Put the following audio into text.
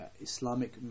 Islamic